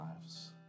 lives